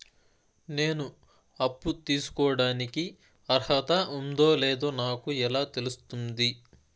నేను అప్పు తీసుకోడానికి అర్హత ఉందో లేదో నాకు ఎలా తెలుస్తుంది?